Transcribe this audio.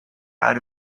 out